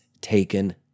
taken